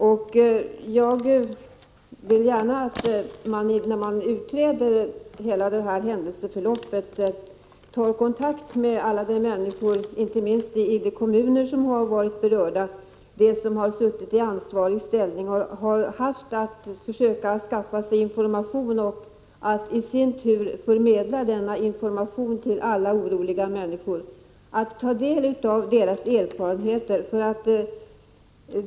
Jag vill också gärna att man, vid utredning av hela detta händelseförlopp, tar kontakt med alla människor — inte minst i berörda kommuner — som har suttit i ansvarig ställning och har haft att försöka skaffa information och förmedla denna information till alla oroliga människor. Det är viktigt att ta del av deras erfarenheter.